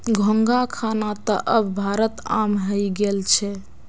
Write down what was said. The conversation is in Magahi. घोंघा खाना त अब भारतत आम हइ गेल छ